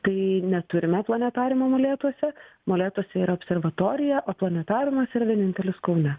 tai neturime planetariumo molėtuose molėtuose yra observatorija o planetariumas yra vienintelis kaune